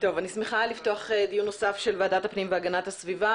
אני שמחה לפתוח דיון נוסף של ועדת הפנים והגנת הסביבה.